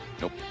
Nope